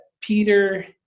Peter